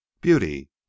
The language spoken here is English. beauty